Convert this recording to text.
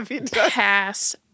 pass